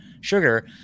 sugar